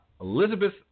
Elizabeth